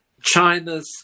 China's